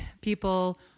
People